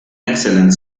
excellent